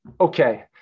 okay